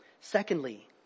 Secondly